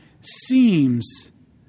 seems